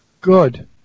Good